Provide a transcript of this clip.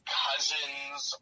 cousins